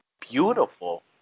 beautiful